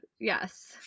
yes